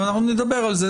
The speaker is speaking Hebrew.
אנחנו נדבר על זה,